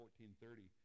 14:30